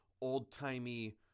old-timey